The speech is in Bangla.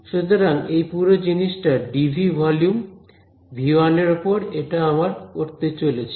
সুতরাং এই পুরো জিনিসটা dV ভলিউম V1 এর ওপর এটা আমরা করতে চলেছি